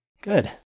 Good